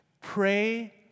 Pray